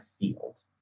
field